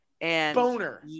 Boner